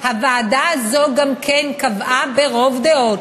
הוועדה הזו גם כן קבעה ברוב דעות,